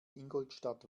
ingolstadt